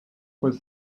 was